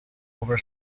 over